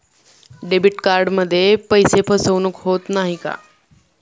Debit कार्डमध्ये पैसे फसवणूक होत नाही ना?